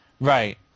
Right